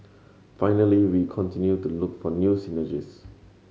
finally we continue to look for new synergies